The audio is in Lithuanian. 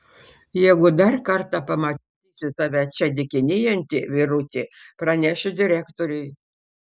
jeigu dar kartą pamatysiu tave čia dykinėjantį vyruti pranešiu direktoriui